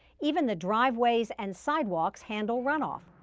even the driveways and sidewalks handle runoff.